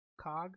cog